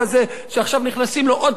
שעכשיו נכנסים לו עוד פעם לכיס,